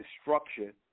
structure